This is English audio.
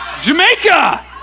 jamaica